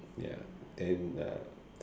ya then uh